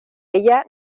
ella